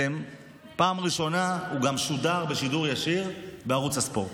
פעם ראשונה הוא גם שודר בשידור ישיר בערוץ הספורט.